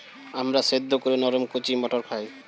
আমরা সেদ্ধ করে নরম কচি মটর খাই